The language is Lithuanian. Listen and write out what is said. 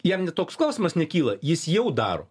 jam net toks klausimas nekyla jis jau daro